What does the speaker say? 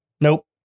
Nope